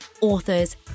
authors